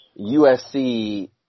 USC